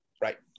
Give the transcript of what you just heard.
Right